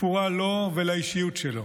תפורה לו ולאישיות שלו.